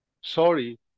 Sorry